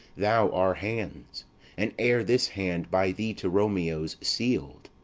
thou our hands and ere this hand, by thee to romeo's seal'd,